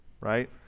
right